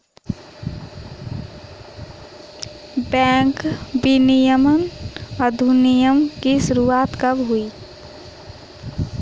Bank विनियमन अधिनियम की शुरुआत कब हुई?